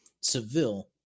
Seville